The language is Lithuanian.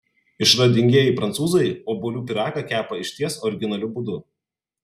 išradingieji prancūzai obuolių pyragą kepa išties originaliu būdu